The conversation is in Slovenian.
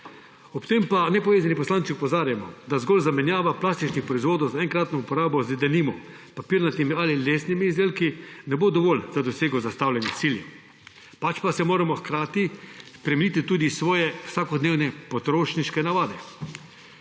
Ob tem pa nepovezani poslanci opozarjamo, da zgolj zamenjava plastičnih proizvodov za enkratno uporabo z, denimo, papirnatimi ali lesnimi izdelki ne bo dovolj za dosego zastavljenega cilja, pač pa moramo hkrati spremeniti tudi svoje vsakodnevne potrošniške navade.